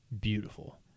beautiful